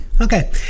okay